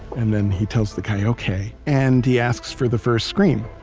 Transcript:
and then he tells the guy, okay. and he asks for the first scream.